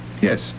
Yes